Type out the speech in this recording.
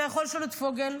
אתה יכול לשאול את פוגל,